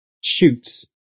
shoots